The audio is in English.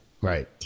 Right